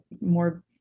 more